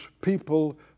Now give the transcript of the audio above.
people